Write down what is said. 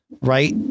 right